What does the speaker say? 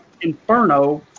inferno